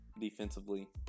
defensively